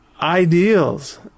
ideals